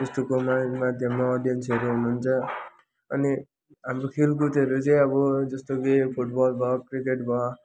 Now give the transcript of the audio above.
यस्तोको माध्ययममा अडियन्सहरू हुनुहुन्छ अनि हाम्रो खेलकूदहरू चाहिँ अब जस्तो कि फुटबल भयो क्रिकेट भयो